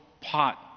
pot